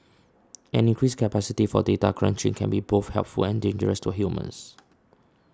an increasing capacity for data crunching can be both helpful and dangerous to humans